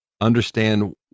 understand